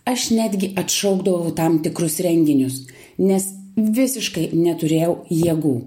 aš netgi atšaukdavau tam tikrus renginius nes visiškai neturėjau jėgų